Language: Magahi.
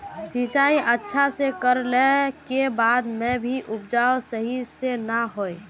सिंचाई अच्छा से कर ला के बाद में भी उपज सही से ना होय?